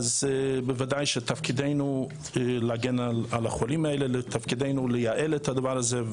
בוודאי שתפקידנו להגן על החולים האלה ותפקידנו לייעל את הדבר הזה.